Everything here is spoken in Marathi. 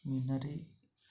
मिळणारे